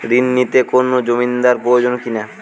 ঋণ নিতে কোনো জমিন্দার প্রয়োজন কি না?